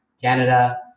Canada